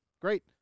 Great